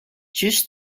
just